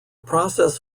process